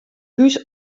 hús